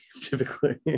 typically